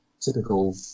typical